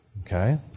okay